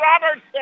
Robertson